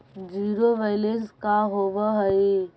Zero balance का होव हइ?